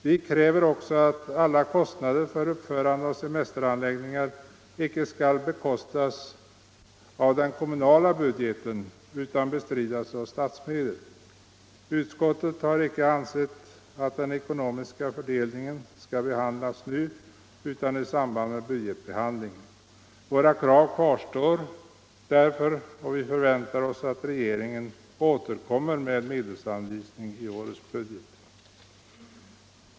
Vi kräver också att kostnader för uppförande av semesteranläggningar icke skall belasta den kommunala budgeten utan bestridas av statsmedel. Utskottet har icke ansett att den ekonomiska fördelningen skall behandlas nu utan i samband med budgetberedningen. Våra krav kvarstår därför, och vi förväntar oss att regeringen återkommer med medelsanvisning i årets budget.